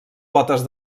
potes